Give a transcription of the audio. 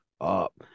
up